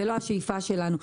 זה לא השאיפה שלנו.